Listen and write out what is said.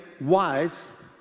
wise